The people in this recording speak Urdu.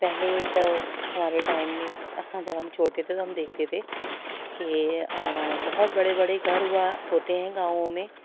پہلے جب ہمارے ٹائم میں جب ہم چھوٹے تھے تو ہم دیکھتے تھے کہ بہت بڑے بڑے گھر ہوا ہوتے ہیں گاؤں میں